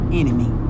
enemy